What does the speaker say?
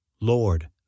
Lord